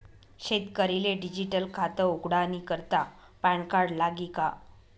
शेतकरीले डिजीटल खातं उघाडानी करता पॅनकार्ड लागी का?